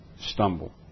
stumble